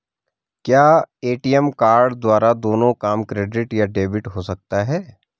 क्या ATM card द्वारा दोनों काम क्रेडिट या डेबिट हो सकता है?